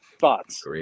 thoughts